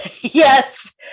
Yes